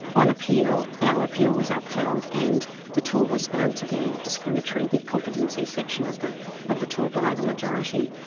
on appeal our appeal was upheld and the tool was found to be discriminatory, the competency section of the of the tool, by the majority,